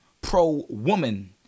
pro-woman